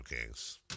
Kings